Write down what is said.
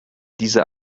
diese